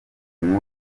nkuru